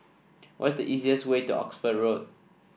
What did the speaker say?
what is the easiest way to Oxford Road